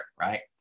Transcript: Right